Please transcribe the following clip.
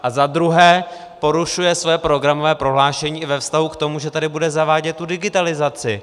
A za druhé, porušuje své programové prohlášení i ve vztahu k tomu, že tady bude zavádět tu digitalizaci.